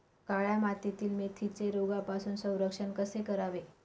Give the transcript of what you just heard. काळ्या मातीतील मेथीचे रोगापासून संरक्षण कसे करावे?